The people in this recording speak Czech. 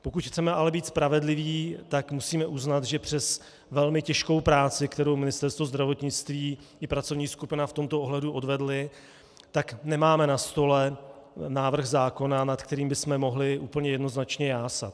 Pokud chceme ale být spravedliví, tak musíme uznat, že přes velmi těžkou práci, kterou Ministerstvo zdravotnictví i pracovní skupina v tomto ohledu odvedly, tak nemáme na stole návrh zákona, nad kterým bychom mohli úplně jednoznačně jásat.